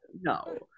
No